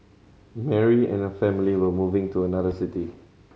Mary and her family were moving to another city